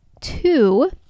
two